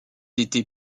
été